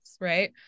right